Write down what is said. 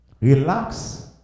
Relax